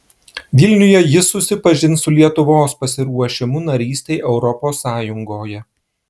vilniuje jis susipažins su lietuvos pasiruošimu narystei europos sąjungoje